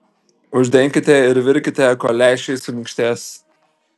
uždenkite ir virkite kol lęšiai suminkštės